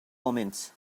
omens